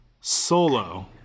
Solo